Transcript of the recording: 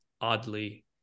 oddly